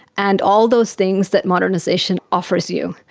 and all those things that modernisation offers you.